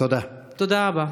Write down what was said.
תודה רבה.